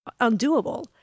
undoable